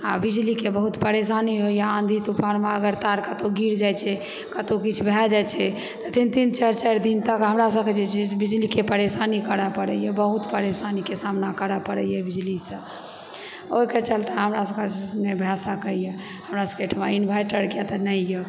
आ बिजलीके बहुत परेशानी होइए आँधी तूफानमे अगर तार कतहुँ गिर जाइ छै कतहुँ किछु भए जाइ छै तऽ तीन तीन चारि चारि दिन तक हमरा सभकेँ जे छै से बिजलीके परेशानी करऽ पड़ैए बहुत परेशानीके सामना करऽ पड़ैए बिजलीसँ ओहिके चलते हमरा सभकऽ जे छै से नहि भए सकैए हमरा सभकेँ अयठिमा इन्वर्टरके तऽ नहिए